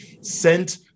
sent